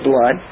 blood